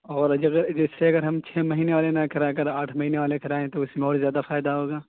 اور اگر جیسے اگر ہم چھ مہینے والے نہ کرا کر آٹھ مہینے والے کرائیں تو اس میں اور زیادہ فائدہ ہوگا